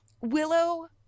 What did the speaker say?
Willow